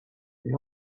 the